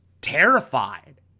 terrified